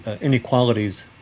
inequalities